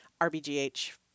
RBGH